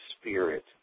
Spirit